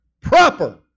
proper